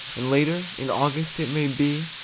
and later, in august it may be,